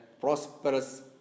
prosperous